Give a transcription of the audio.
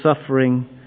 suffering